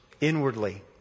inwardly